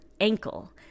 ankle